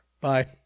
Bye